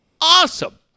awesome